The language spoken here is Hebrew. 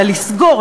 אלא לסגור,